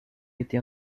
été